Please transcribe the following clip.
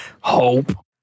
hope